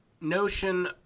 notion